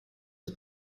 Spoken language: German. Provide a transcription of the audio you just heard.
ist